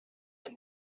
and